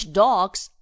dogs